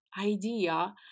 idea